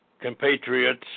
compatriots